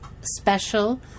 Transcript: special